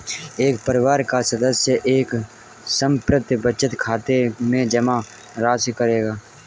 एक परिवार का सदस्य एक समर्पित बचत खाते में जमा राशि रखेगा